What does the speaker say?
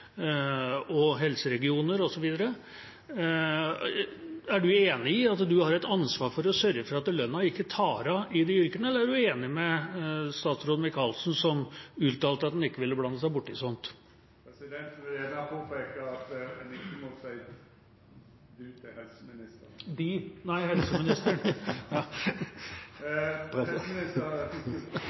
og er du enig i at du har et ansvar for å sørge for at lønningene ikke tar av i de yrkene, eller er du enig med statsråd Michaelsen, som uttalte at hun ikke ville blande seg borti slikt? Presidenten vil påpeika at ein ikkje må seia «du» til helseministeren.